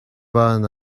ban